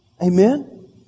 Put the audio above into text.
Amen